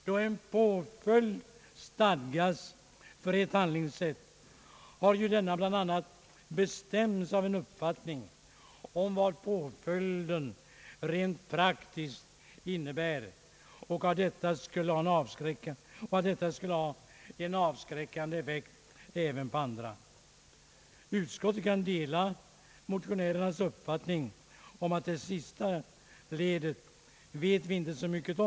Då en påföljd stadgas för ett handlingssätt, har denna bl.a. bestämts av en uppfattning om vad påföljden rent praktiskt innebär och att detta skulle ha en avskräckande effekt även på andra. Utskottet kan dela motionärernas uppfattning att vi inte vet så mycket om det sista ledet.